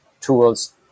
tools